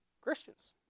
Christians